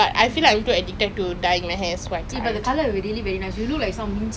I don't know why sia everything also she say cannot but it's okay lah